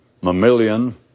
mammalian